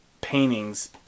paintings